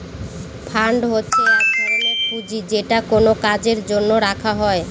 fund হচ্ছে এক ধরনের পুঁজি যেটা কোনো কাজের জন্য রাখা হয়